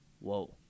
whoa